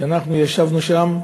אנחנו ישבנו שם,